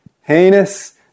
heinous